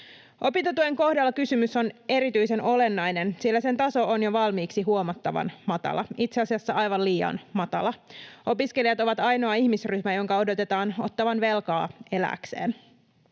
Opintotuen kohdalla kysymys on erityisen olennainen, sillä sen taso on jo valmiiksi huomattavan matala, itse asiassa aivan liian matala. Opiskelijat ovat ainoa ihmisryhmä, jonka odotetaan ottavan velkaa elääkseen.